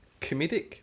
comedic